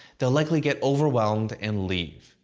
they'll likely get overwhelmed and leave.